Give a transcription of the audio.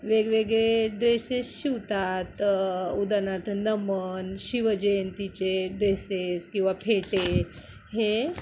वेगवेगळे ड्रेसेस शिवतात उदारणार्थ नमन शिवजयंतीचे ड्रेसेस किंवा फेटे हे